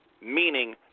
meaning